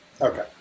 okay